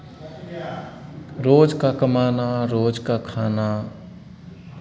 रोज़ का कमाना रोज़ का खाना